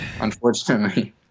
unfortunately